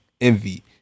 envy